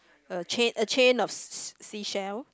a chain a chain of s~ s~ seashell